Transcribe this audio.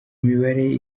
mibare